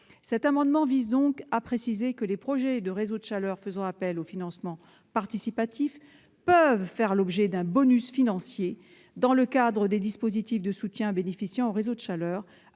Cet amendement vise donc à préciser que les projets de réseaux de chaleur faisant appel au financement participatif peuvent faire l'objet d'un bonus financier dans le cadre des dispositifs de soutien aux réseaux de chaleur,